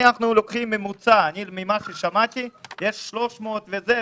אנחנו לוקחים ממוצע שמעתי שיש 300 אבל בסדר,